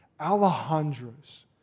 Alejandro's